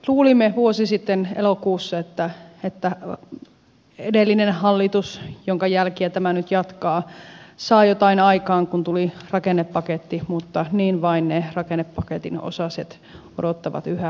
luulimme vuosi sitten elokuussa että edellinen hallitus jonka jälkiä tämä nyt jatkaa saa jotain aikaan kun tuli rakennepaketti mutta niin vain ne rakennepaketin osaset odottavat yhä toimeenpanoaan